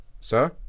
Sir